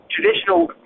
Traditional